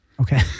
Okay